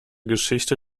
geschichte